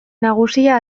nagusia